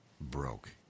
broke